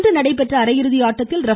இன்று நடைபெற்ற அரையிறுதி ஆட்டத்தில் ர